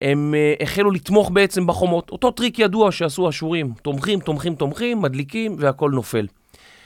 הם החלו לתמוך בעצם בחומות, אותו טריק ידוע שעשו השיעורים, תומכים, תומכים, תומכים, מדליקים והכל נופל.